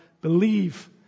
Believe